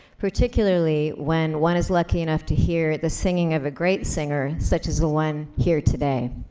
particularly when one is lucky enough to hear the singing of a great singer such as the one here today.